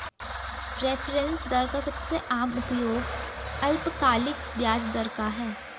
reference दर का सबसे आम उपयोग अल्पकालिक ब्याज दर का है